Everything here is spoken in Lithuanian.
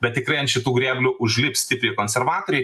bet tikrai ant šitų grėblių užlips tiktai konservatoriai